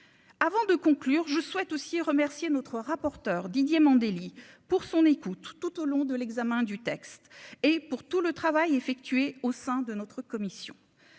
avant de conclure : je souhaite aussi remercier notre rapporteur Didier Mandelli pour son écoute tout au long de l'examen du texte et pour tout le travail effectué au sein de notre commission